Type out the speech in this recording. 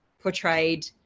portrayed